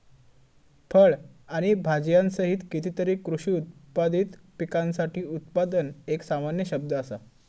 फळ आणि भाजीयांसहित कितीतरी कृषी उत्पादित पिकांसाठी उत्पादन एक सामान्य शब्द असा